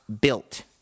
built